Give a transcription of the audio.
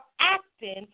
acting